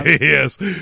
yes